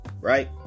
right